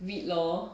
read lor